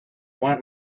want